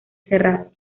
cerrado